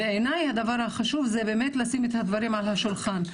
בעיניי הדבר החשוב זה לשים את הדברים על השולחן.